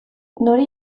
nori